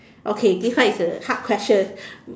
okay this one is a hard question